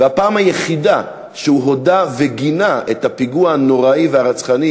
והפעם היחידה שהוא הודה וגינה את הפיגוע הנורא והרצחני,